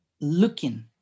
looking